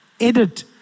Edit